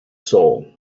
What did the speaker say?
soul